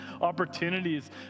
opportunities